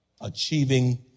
Achieving